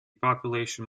population